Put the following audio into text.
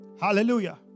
Hallelujah